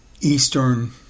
eastern